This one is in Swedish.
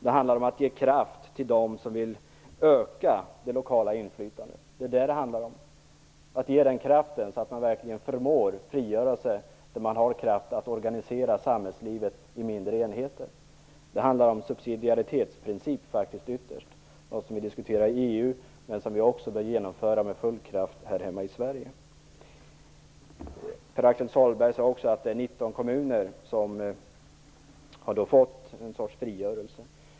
Det handlar om att ge kraft till dem som vill öka det lokala inflytandet, en sådan kraft att de verkligen förmår frigöra sig och organisera samhällslivet i mindre enheter. Det handlar faktiskt ytterst om subsidiaritetsprincipen, något som vi diskuterar i EU men som vi med full kraft bör genomföra också hemma i Sverige. Pär-Axel Sahlberg sade också att 19 kommuner har fått en sorts frigörelse.